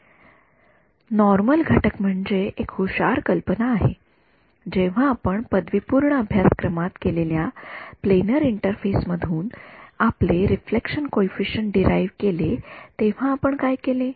विद्यार्थी सामान्य नॉर्मल घटक म्हणजे एक हुशार कल्पना आहे जेव्हा आपण पदवीपूर्व अभ्यासक्रमात केलेल्या प्लेनर इंटरफेस मधून आपले रिफ्लेक्शन कॉइफिसिएंट डिराइव्ह केले तेव्हा आपण काय केले